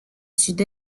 sud